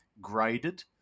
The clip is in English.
graded